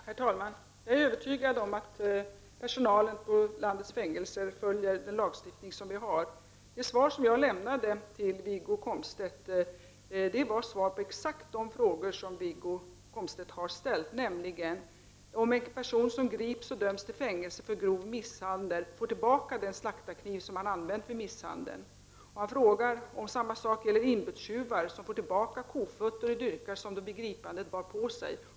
Herr talman! Jag är övertygad om att personalen på landets fängelser följer gällande lagstiftning. Jag har svarat på exakt de frågor som Wiggo Komstedt ställt, nämligen om en person som grips och döms till fängelse för grov misshandel får tillbaka den slaktarkniv han använt vid misshandeln. Han ställer samma fråga om inbrottstjuvar: Får de tillbaka kofötter och dyrkar som de vid gripandet hade på sig?